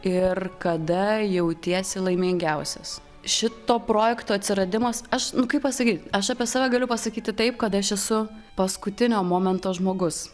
ir kada jautiesi laimingiausias šito projekto atsiradimas aš kaip pasakyt aš apie save galiu pasakyti taip kad aš esu paskutinio momento žmogus